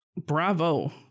bravo